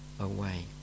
away